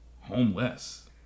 homeless